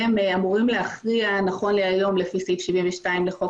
והם אמורים להכריע נכון להיום לפי סעיף 72 לחוק